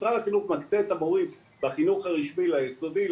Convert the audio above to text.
משרד החינוך מקצה את המורים בחינוך הרשמי ליסודי,